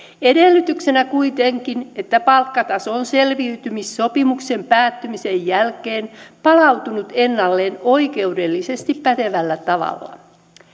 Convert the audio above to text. edellytyksenä kuitenkin että palkkataso on selviytymissopimuksen päättymisen jälkeen palautunut ennalleen oikeudellisesti pätevällä tavalla